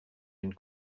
une